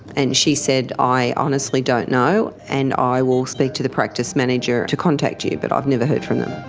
and she said, i honestly don't know and i will speak to the practice manager to contact you but i've never heard from them.